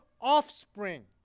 offspring